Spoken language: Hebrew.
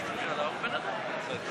מצביע שרן מרים השכל,